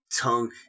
tongue